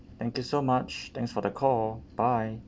thank you so much thanks for the call bye